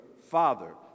father